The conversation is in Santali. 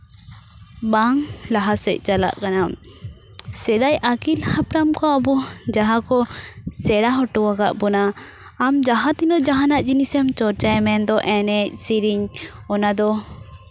ᱵᱟᱝ ᱞᱟᱦᱟ ᱥᱮᱫ ᱪᱟᱞᱟᱜ ᱠᱟᱱᱟ ᱥᱮᱫᱟᱭ ᱟᱹᱜᱤᱞ ᱦᱟᱯᱲᱟᱢ ᱠᱚ ᱟᱵᱚ ᱡᱟᱦᱟᱸ ᱠᱚ ᱥᱮᱬᱟ ᱦᱚᱴᱚᱣᱠᱟᱫ ᱵᱚᱱᱟ ᱟᱢ ᱡᱟᱦᱟᱸ ᱛᱤᱱᱟᱹᱜ ᱡᱟᱦᱟᱸᱱᱟᱜ ᱡᱤᱱᱤᱥᱮᱢ ᱪᱚᱨᱪᱟᱭ ᱢᱮᱱᱫᱚ ᱮᱱᱮᱡ ᱥᱮᱨᱮᱧ ᱚᱱᱟ ᱫᱚ